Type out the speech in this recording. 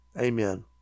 amen